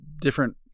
different